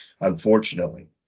unfortunately